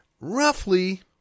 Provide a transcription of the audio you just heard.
roughly